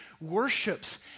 worships